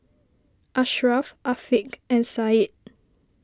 Ashraff Afiq and Said